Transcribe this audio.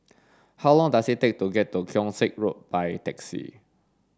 how long does it take to get to Keong Saik Road by taxi